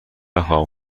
نخواهم